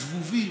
הזבובים.